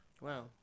Wow